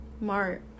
mart